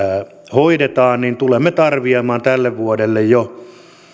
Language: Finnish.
hoidetaan on se että tulemme tarvitsemaan tälle vuodelle jo